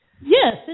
Yes